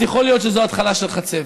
אז יכול להיות שזו התחלה של חצבת.